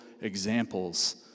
examples